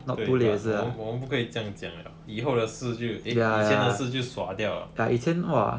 对 but 我我我们不可以这样讲 liao 以后的事就 eh 以前的事就 sua 掉